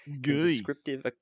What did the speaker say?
descriptive